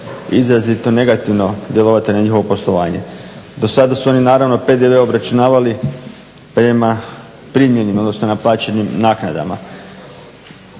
izrazito negativno djelovati na njihovo poslovanje. Do sada su oni naravno PDV obračunavali prema primljenim odnosno naplaćenim naknadama.